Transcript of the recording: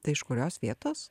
tai iš kurios vietos